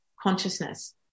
consciousness